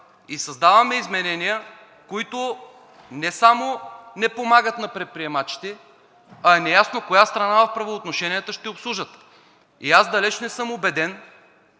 и създаваме изменения, които не само не помагат на предприемачите, а е неясно коя страна в правоотношенията ще обслужат. Далеч не съм убеден,